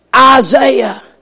Isaiah